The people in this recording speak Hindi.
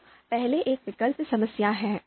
तो पहले एक विकल्प समस्या है